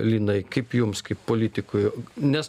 linai kaip jums kaip politikui nes